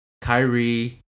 Kyrie